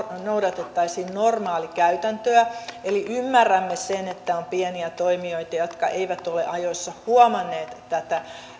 noudatettaisiin normaalikäytäntöä eli ymmärrämme sen että on pieniä toimijoita jotka eivät ole ajoissa huomanneet tätä